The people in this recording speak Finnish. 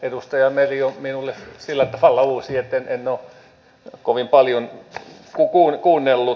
edustaja meri on minulle sillä tavalla uusi että en ole kovin paljon häntä kuunnellut